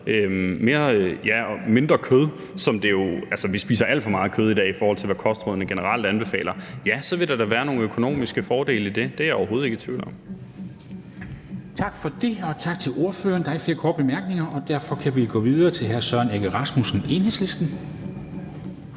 og mindre kød – vi spiser alt for meget kød i dag, i forhold til hvad kostrådene generelt anbefaler – vil der da være nogle økonomiske fordele i det. Det er jeg overhovedet ikke i tvivl om. Kl. 10:52 Formanden (Henrik Dam Kristensen): Tak for det, og tak til ordføreren. Der er ikke flere korte bemærkninger, og derfor kan vi gå videre til hr. Søren Egge Rasmussen, Enhedslisten.